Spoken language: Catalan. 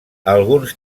alguns